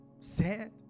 sand